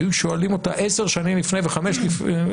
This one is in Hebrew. אם היו שואלים אותה 10 שנים או 5 שנים